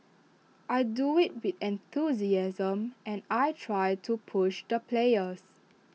I do IT with enthusiasm and I try to push the players